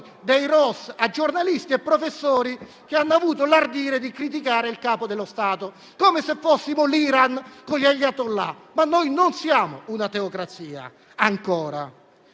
dei ROS a giornalisti e professori che hanno avuto l'ardire di criticare il Capo dello Stato, come se fossimo l'Iran con gli *ayatollah.* Ma non siamo una teocrazia, ancora.